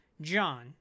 John